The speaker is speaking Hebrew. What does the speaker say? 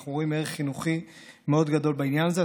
אנחנו רואים ערך חינוכי מאוד גדול בעניין הזה.